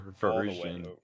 version